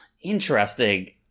interesting